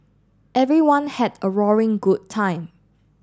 everyone had a roaring good time